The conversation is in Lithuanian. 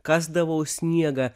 kasdavau sniegą